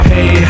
Hey